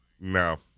no